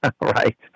Right